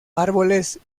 árboles